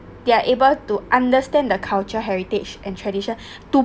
they're able to understand the culture heritage and tradition to